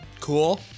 Cool